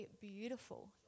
beautiful